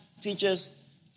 teachers